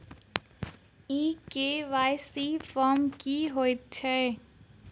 ई KYC form की हएत छै?